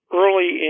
early